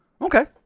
Okay